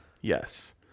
yes